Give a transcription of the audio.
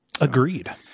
agreed